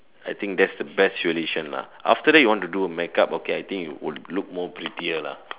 I think that's the best tradition lah after that you want to do a make-up okay I think you will look more prettier lah